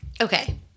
Okay